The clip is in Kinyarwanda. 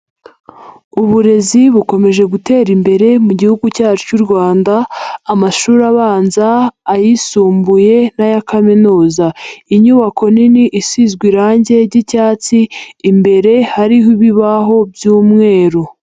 Uburezi bukomeje gutera imbere mu gihugu cyacu cy'u Rwanda, amashuri abanza, ayisumbuye n'aya kaminuza. Inyubako nini, isizwe irangi ry'icyatsi, imbere hariho ibibaho by'umweru.